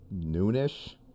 noonish